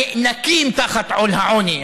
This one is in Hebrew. הנאנקים תחת עול העוני,